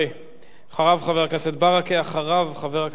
אחריו, חבר הכנסת ברכה, אחריו, חבר הכנסת אורלב.